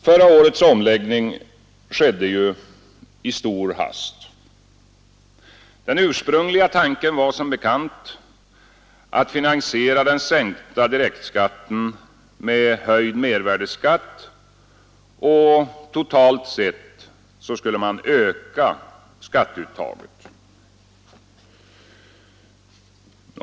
Förra årets omläggning skedde i stor hast. Den ursprungliga tanken var som bekant att finansiera den sänkta direktskatten med höjd mervärdeskatt, och totalt sett skulle man öka skatteuttaget.